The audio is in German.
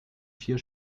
vier